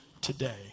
today